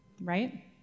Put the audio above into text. right